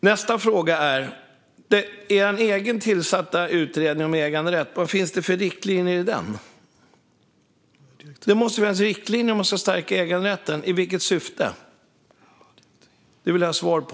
Nästa fråga är vad det finns för riktlinjer för regeringens egen tillsatta utredning om äganderätt. Det måste finnas riktlinjer om man ska stärka äganderätten. I vilket syfte? Det vill jag ha svar på.